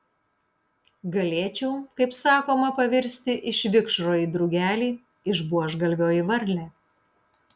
galėčiau kaip sakoma pavirsti iš vikšro į drugelį iš buožgalvio į varlę